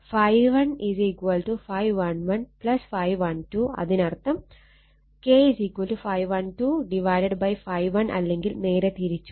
∅1 ∅11 ∅12 അതിനർത്ഥം K ∅12 ∅1 അല്ലെങ്കിൽ നേരെ തിരിച്ചും